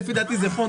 לפי דעתי זה פונט